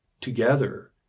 together